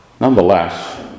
nonetheless